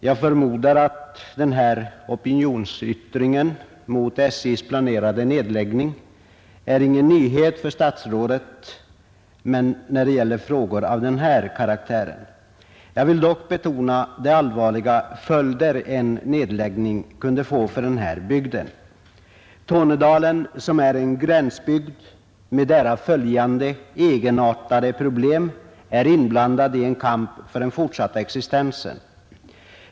Jag förmodar att opinionsyttringen mot SJ:s planerade nedläggning inte är någon nyhet för statsrådet när det gäller frågor av den här karaktären. Jag vill dock betona de allvarliga följder en nedläggning kunde få för bygden. Tornedalen, som är en gränsbygd med därav följande egenartade problem, är inblandad i en kamp för den fortsatta existensen.